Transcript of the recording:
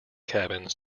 cabins